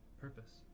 purpose